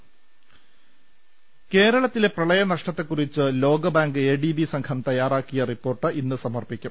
ൾ ൽ ൾ കേരളത്തിലെ പ്രളയ നഷ്ടത്തെക്കുറിച്ച് ലോകബാങ്ക് എ ഡി ബി സംഘം തയ്യാറാക്കിയ റിപ്പോർട്ട് ഇന്ന് സമർപ്പിക്കും